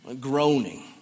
groaning